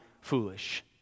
foolish